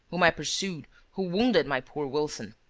whom i pursued, who wounded my poor wilson.